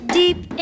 deep